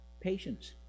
Patience